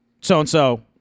so-and-so